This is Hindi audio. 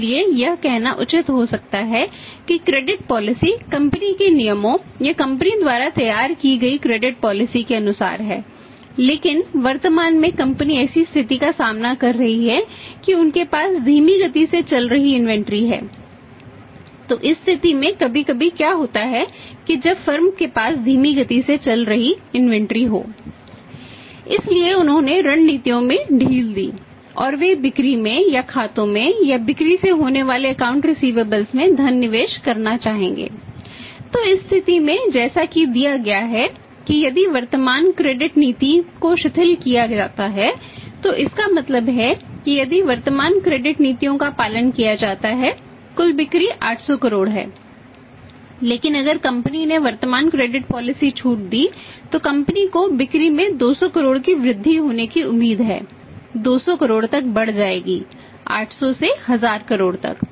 इसलिए उन्होंने ऋण नीतियों में ढील दी और वे बिक्री में या खातों में या बिक्री से होने वाले accounts रिसिवेबल्स छूट दी तो कंपनी को बिक्री में 200 करोड़ की वृद्धि होने की उम्मीद है 200 करोड़ तक बढ़ जाएगी 800 से 1000 करोड़ तक